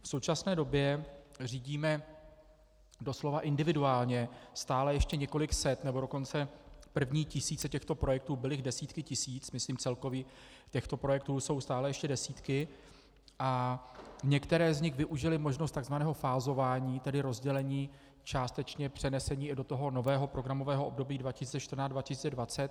V současné době řídíme doslova individuálně stále ještě několik set, nebo dokonce první tisíce těchto projektů, byly jich desítky tisíc, myslím, celkově těchto projektů jsou stále ještě desítky, a některé z nich využily možnost tzv. fázování, tedy rozdělení, částečně přenesení do nového programového období 2014 až 2020.